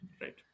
Right